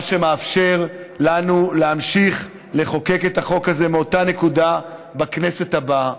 מה שמאפשר לנו להמשיך לחוקק את החוק הזה מאותה נקודה בכנסת הבאה.